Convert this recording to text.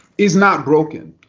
is not broken.